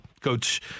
Coach